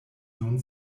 nun